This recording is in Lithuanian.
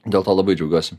dėl to labai džiaugiuosi